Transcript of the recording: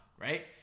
right